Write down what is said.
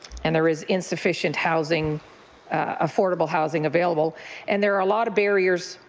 and there is insufficient housing affordable housing available and there are a lot of barriers